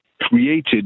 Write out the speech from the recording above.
created